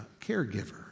caregiver